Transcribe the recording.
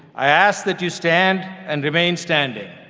i ask that you stand and remain standing.